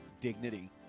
dignity